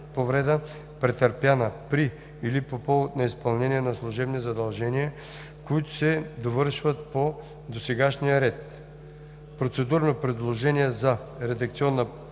претърпяна при или по повод на изпълнение на служебни задължения, които се довършват по досегашния ред.“ Процедурно предложение за редакционна